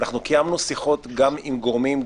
קיימנו שיחות גם עם גורמים,